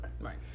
right